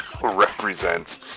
represents